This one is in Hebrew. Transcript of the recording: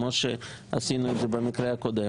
כמו שעשינו את זה במקרה הקודם.